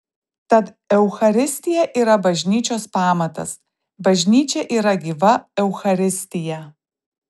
tad eucharistija yra bažnyčios pamatas bažnyčia yra gyva eucharistija